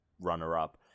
runner-up